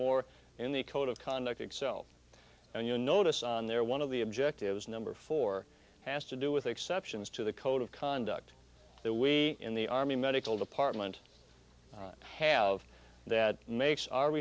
more in the code of conduct excel and you notice on their one of the objectives number four has to do with exceptions to the code of conduct that we in the army medical department have that makes our